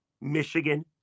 Michigan